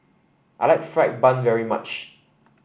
I like fried bun very much